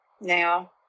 now